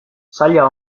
zaila